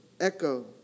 echo